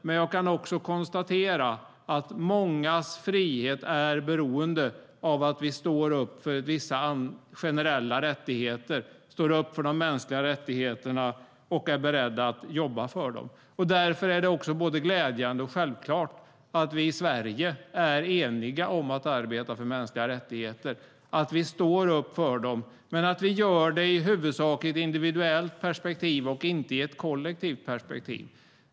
Men jag kan också konstatera att mångas frihet är beroende av att vi står upp för vissa generella rättigheter, står upp för de mänskliga rättigheterna och är beredda att jobba för dem. Därför är det både glädjande och självklart att vi i Sverige är eniga om att arbeta för mänskliga rättigheter, att vi står upp för dem, men att vi gör det i huvudsak i ett individuellt perspektiv och inte i ett kollektivt perspektiv.